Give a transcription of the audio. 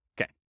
Okay